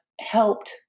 helped